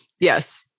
Yes